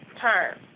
term